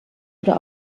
oder